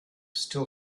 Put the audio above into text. still